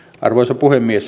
arvoisa puhemies